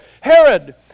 Herod